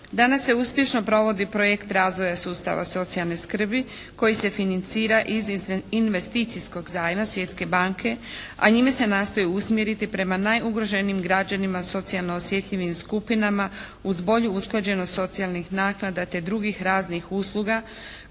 Danas se uspješno provodi projekt razvoja sustava socijalne skrbi koji se financira iz investicijskog zajma Svjetske banke a njime se nastoji usmjeriti prema najugroženijim građanima, socijalno osjetljivim skupinama uz bolju usklađenost socijalnih naknada te drugih raznih usluga koji bi